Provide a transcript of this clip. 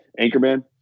Anchorman